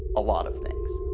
a lot of things.